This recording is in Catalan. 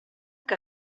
que